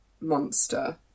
monster